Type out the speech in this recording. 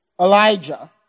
Elijah